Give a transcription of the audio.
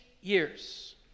years